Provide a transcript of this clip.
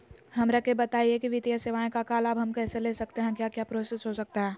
हमरा के बताइए की वित्तीय सेवा का लाभ हम कैसे ले सकते हैं क्या क्या प्रोसेस हो सकता है?